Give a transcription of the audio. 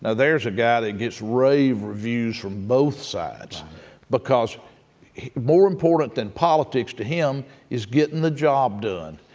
ah there's a guy that gets rave reviews from both sides because more important than politics to him is getting the job done,